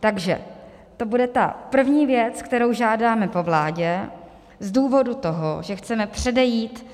Takže to bude ta první věc, kterou žádáme po vládě z důvodu toho, že chceme předejít